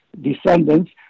descendants